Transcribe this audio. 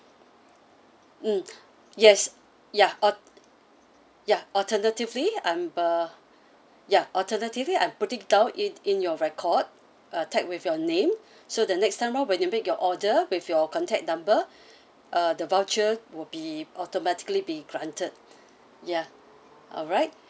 mm yes ya alt~ ya alternatively I'm uh ya alternatively I'm putting down it in your record uh tag with your name so the next time round when you make your order with your contact number uh the voucher will be automatically be granted ya alright